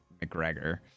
mcgregor